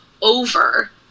over